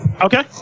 Okay